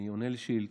אני עונה על שאילתות.